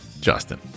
Justin